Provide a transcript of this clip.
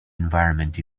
environment